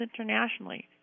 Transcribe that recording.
internationally